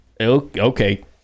Okay